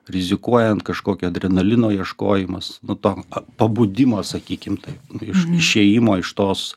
rizikuojant kažkokio adrenalino ieškojimas nu to pabudimo sakykim taip iš išėjimo iš tos